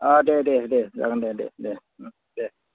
अ दे दे दे जागोन दे दे दे दे